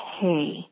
hey